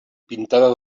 pintada